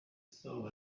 saw